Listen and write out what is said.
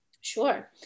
Sure